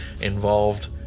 involved